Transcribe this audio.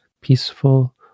peaceful